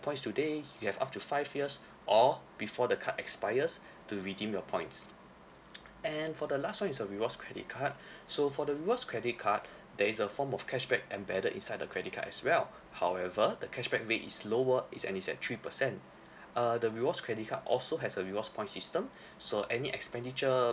points today you have up to five years or before the card expires to redeem your points and for the last one it's a rewards credit card so for the rewards credit card there is a form of cashback embedded inside the credit card as well however the cashback rate is lower and is at three percent uh the rewards credit card also has a rewards points system so any expenditure